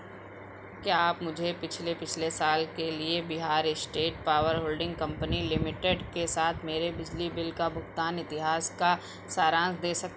क्या आप मुझे पिछले पिछले साल के लिए Bihar state power holding company limited के साथ मेरे बिजली बिल का भुगतान इतिहास का सारांश दे सक